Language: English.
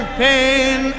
pain